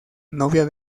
novia